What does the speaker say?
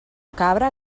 cabra